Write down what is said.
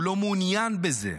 הוא לא מעוניין בזה,